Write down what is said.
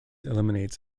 eliminates